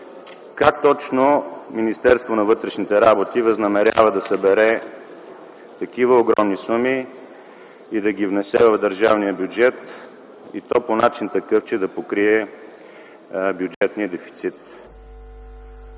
как точно Министерството на вътрешните работи възнамерява да събере такива огромни суми и да ги внесе в държавния бюджет и то по такъв начин, че да покрие бюджетния дефицит?